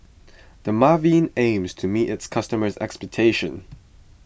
Dermaveen aims to meet its customers' expectations